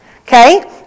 Okay